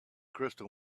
crystal